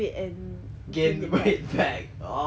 gain weight back !aww! man